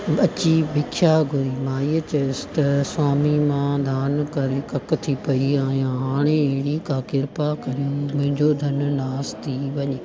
बची बिख्या घुरी माईअ चयसि त स्वामी मां दान करे कक थी पेई आहिया हाणे अहिड़ी का कृपा करियो मुंहिंजो धनु नास थी वञे